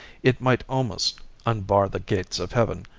it might almost unbar the gates of heaven.